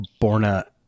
Borna